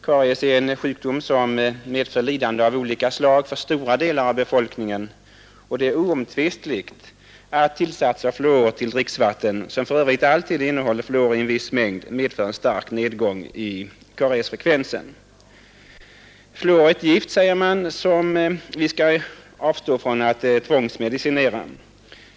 Karies är en sjukdom som medför lidande av olika slag för stora delar av befolkningen, och det är oomtvistligt att tillsats av fluor till dricksvattnet, som för övrigt alltid innehåller fluor i viss mängd, medför en stark nedgång i kariesfrekvensen. Fluor är ett gift, säger man, som vi skall avstå från att tvångsmedicinera.